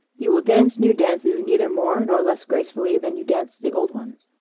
you will dance new dances neither more nor less gracefully than you danced the old ones.